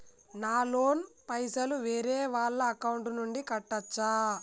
నా లోన్ పైసలు వేరే వాళ్ల అకౌంట్ నుండి కట్టచ్చా?